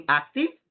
active